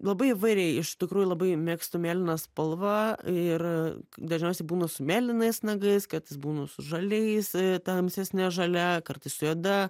labai įvairiai iš tikrųjų labai mėgstu mėlyną spalvą ir dažniausiai būnu su mėlynais nagais kartais būnu su žaliais tamsesne žalia kartais su juoda